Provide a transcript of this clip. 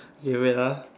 okay wait ah